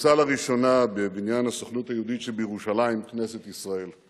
התכנסה לראשונה בבניין הסוכנות היהודית שבירושלים כנסת ישראל.